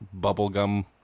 bubblegum